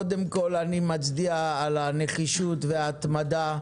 קודם כל אני מצביע על הנחישות וההתמדה.